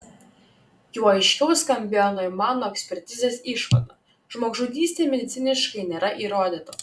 juo aiškiau skambėjo noimano ekspertizės išvada žmogžudystė mediciniškai nėra įrodyta